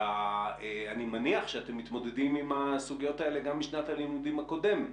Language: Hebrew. אני מניח שאתם מתמודדים עם הסוגיות האלה גם משנת הלימודים הקודמת.